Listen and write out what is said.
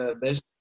best